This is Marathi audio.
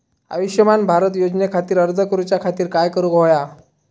आयुष्यमान भारत योजने खातिर अर्ज करूच्या खातिर काय करुक होया?